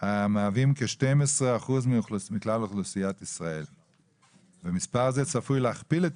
מהווים כ-12% מכלל אוכלוסיית ישראל ומספר זה צפוי להכפיל את